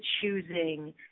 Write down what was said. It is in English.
choosing